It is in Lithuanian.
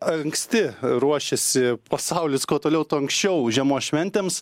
kad anksti ruošiasi pasaulis kuo toliau tuo anksčiau žiemos šventėms